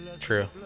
true